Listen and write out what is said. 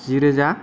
जि रोजा